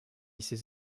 ses